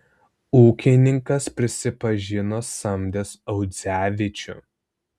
ūkininkas prisipažino samdęs audzevičių